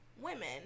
women